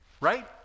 right